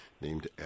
named